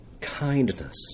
kindness